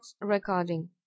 recording